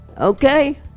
Okay